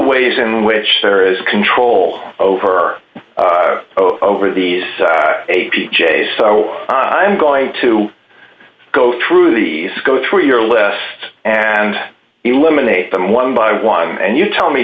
ways in which there is control over over these a p j so i'm going to go through these go through your list and eliminate them one by one and you tell me